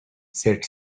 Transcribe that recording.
said